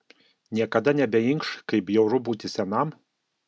niekada nebeinkš kaip bjauru būti senam